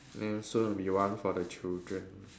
and soon it will be one for the children